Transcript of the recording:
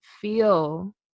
feel